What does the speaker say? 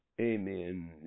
amen